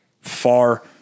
far